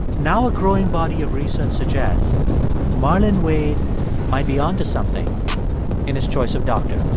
now a growing body of research suggests marlon wade might be onto something in his choice of doctor